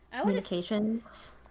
Communications